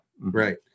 right